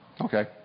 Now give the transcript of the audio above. Okay